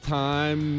time